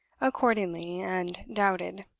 accordingly, and doubted.